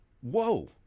Whoa